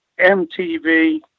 MTV